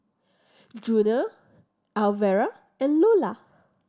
Junior Elvera and Lolla